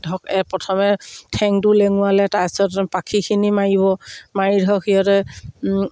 ধৰক প্ৰথমে ঠেংটো লেঙোৰালে তাৰপিছত পাখিখিনি মাৰিব মাৰি ধৰক সিহঁতে